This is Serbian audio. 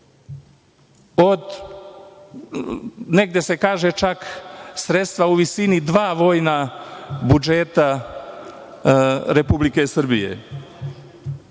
negde se kaže čak sredstva u visini dva vojna budžeta Republike Srbije. Kada